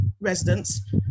residents